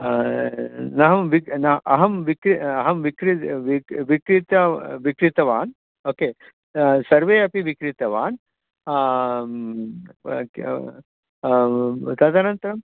नाहं वि न अहं विक्र अहं विक्र विक्रीत्य विक्रीतवान् ओके सर्वे अपि विक्रीतवान् तदनन्तरम्